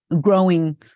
growing